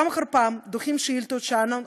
פעם אחר פעם דוחים שאילתות שאנו,